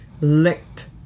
licked